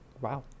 wow